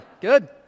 good